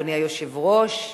אדוני היושב-ראש,